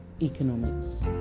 Economics